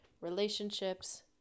relationships